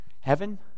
heaven